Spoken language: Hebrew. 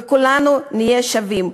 וכולנו נהיה שווים,